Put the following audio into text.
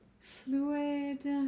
fluid